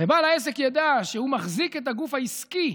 ובעל העסק ידע שהוא מחזיק את הגוף העסקי,